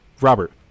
Robert